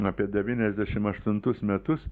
apie devyniasdešimt aštuntus metus